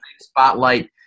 spotlight